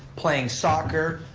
playing soccer,